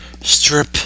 strip